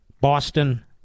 Boston